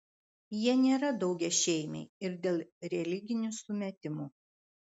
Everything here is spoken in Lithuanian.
jie nėra daugiašeimiai ir dėl religinių sumetimų